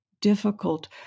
difficult